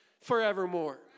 forevermore